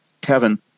Kevin